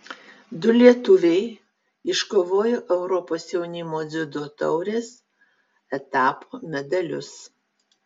du lietuviai iškovojo europos jaunimo dziudo taurės etapo medalius